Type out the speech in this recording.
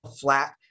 flat